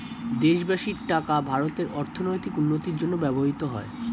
দেশবাসীর টাকা ভারতের অর্থনৈতিক উন্নতির জন্য ব্যবহৃত হয়